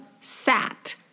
sat